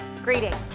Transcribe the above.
Greetings